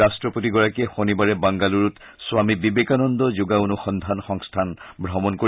ৰাট্ট্ৰপতিগৰাকীয়ে শনিবাৰে বাংগালুৰুত স্বামী বিবেকানন্দ যোগা অনুসন্ধান সংস্থান ভ্ৰমণ কৰিব